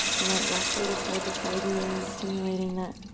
you might rock a little side to side here, stimulating that